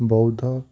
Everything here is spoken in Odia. ବୌଦ୍ଧ